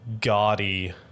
gaudy